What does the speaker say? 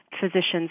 physicians